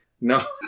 No